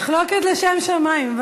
מחלוקת לשם שמים.